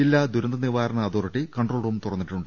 ജില്ലാ ദുരന്ത നിവാരണ അതോറിറ്റി കൺട്രോൾ റൂം തുറന്നു